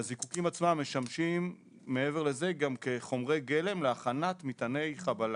הזיקוקין עצמם משמשים מעבר לזה גם כחומרי גלם להכנת מטעני חבלה,